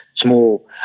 small